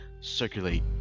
circulate